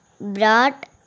brought